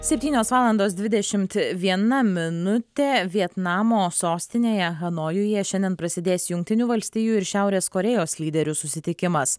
septynios valandos dvidešimt viena minutė vietnamo sostinėje hanojuje šiandien prasidės jungtinių valstijų ir šiaurės korėjos lyderių susitikimas